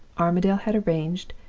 armadale had arranged,